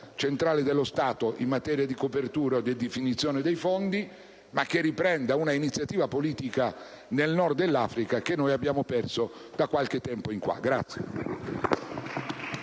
generale dello Stato in materia di copertura e di definizione dei fondi, ma che riprenda un'iniziativa politica nel Nord dell'Africa che abbiamo interrotto da qualche tempo in qua.